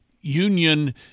union